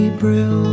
April